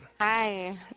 Hi